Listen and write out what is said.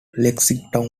lexington